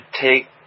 take